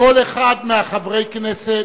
כל אחד מחברי הכנסת,